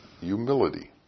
humility